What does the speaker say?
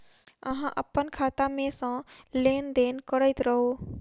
अहाँ अप्पन खाता मे सँ लेन देन करैत रहू?